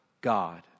God